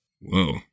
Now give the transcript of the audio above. Whoa